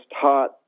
taught